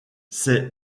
c’est